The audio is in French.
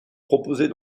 proposées